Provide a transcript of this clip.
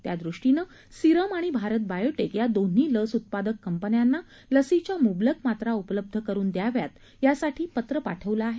त्या दृष्टीनं सिरम आणि भारत बायोटेक या दोन्ही लस उत्पादक कंपन्यांना लशीच्या मुबलक मात्रा उपलब्ध करून द्याव्यात यासाठी पत्र पाठवलं आहे